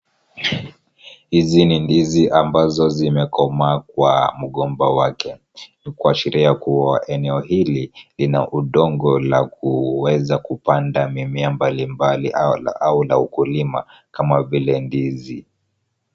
Hizi ni ndizi ambazo zimekomaa kwa mgomba wake, ni kuashiria kuwa eneo hili lina udongo la kuweza kupanda mimea mbalimbali au la ukulima kama vile ndizi.